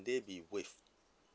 they be waived